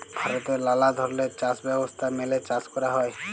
ভারতে লালা ধরলের চাষ ব্যবস্থা মেলে চাষ ক্যরা হ্যয়